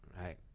right